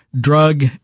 drug